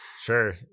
Sure